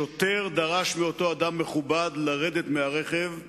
שוטר דרש מאותו אדם מכובד לרדת מהרכב,